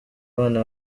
bana